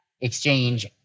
exchange